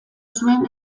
zuen